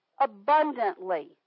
abundantly